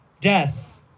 death